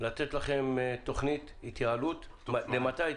לתת לכם תוכנית התייעלות מתי?